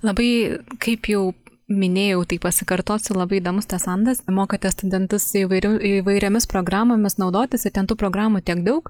labai kaip jau minėjau tai pasikartosiu labai įdomus tas sandas mokote studentus įvairių įvairiomis programomis naudotis ir ten tų programų tiek daug